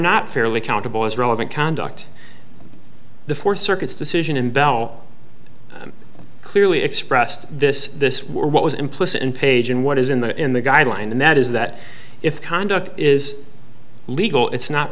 not fairly countable as relevant conduct the four circuits decision in bell clearly expressed this this were what was implicit in page and what is in the in the guideline and that is that if conduct is legal it's not